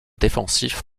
défensifs